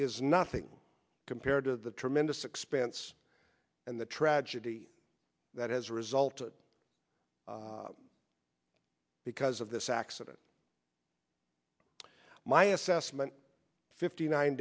is nothing compared to the tremendous expense and the tragedy that has resulted because of this accident my assessment fifty nine